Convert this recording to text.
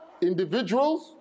individuals